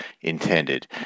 intended